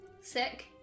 Sick